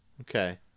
okay